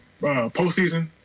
postseason